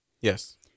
Yes